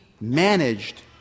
managed